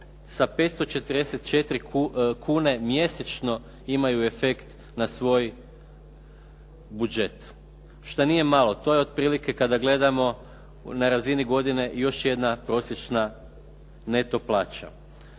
sa 544 kune mjesečno imaju efekt na svoj budžet što nije malo. To je otprilike, kada gledamo na razini godine, još jedna prosječna neto plaća.